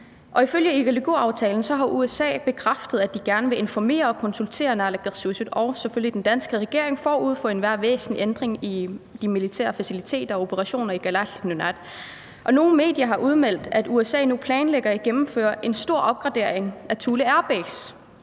Ifølge Igalikuaftalen har USA bekræftet, at de gerne vil informere og konsultere naalakkersuisut og selvfølgelig den danske regering forud for enhver væsentlig ændring i de militære faciliteter og operationer , og nogle medier har udmeldt, at USA nu planlægger at gennemføre en stor opgradering af Thule Airbase,